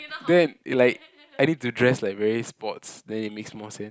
then like I need to dress like very sports then it makes more sense